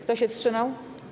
Kto się wstrzymał?